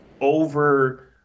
over